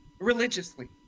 religiously